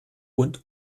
und